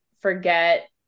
forget